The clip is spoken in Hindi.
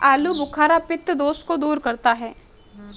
आलूबुखारा पित्त दोष को दूर करता है